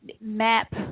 map